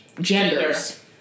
genders